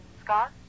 Scott